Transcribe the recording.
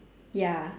ya